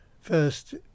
first